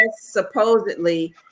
supposedly